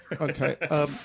Okay